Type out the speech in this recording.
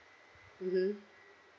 mmhmm